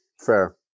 Fair